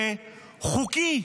זה חוקי.